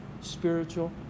spiritual